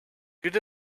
good